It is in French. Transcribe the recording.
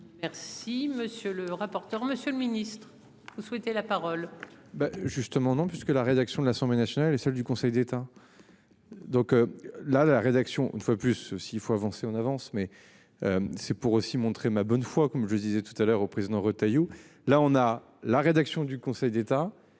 Merci monsieur le rapporteur. Monsieur le Ministre, vous souhaitez la parole. Ben justement non puisque la rédaction de l'Assemblée nationale et celle du Conseil d'État. Donc la la rédaction ne fois plus s'il faut avancer en avance mais. C'est pour aussi montrer ma bonne foi comme je disais tout à l'heure au président Retailleau là on a la rédaction du Conseil d'État.